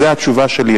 זו התשובה שלי.